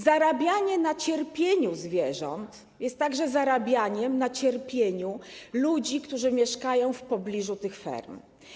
Zarabianie na cierpieniu zwierząt jest także zarabianiem na cierpieniu ludzi, którzy mieszkają w pobliżu tych ferm.